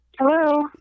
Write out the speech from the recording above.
Hello